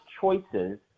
choices